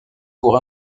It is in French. pour